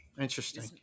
interesting